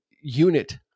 unit